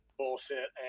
bullshit